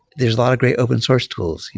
there's lot of great open source tools.